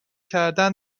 کردن